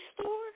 store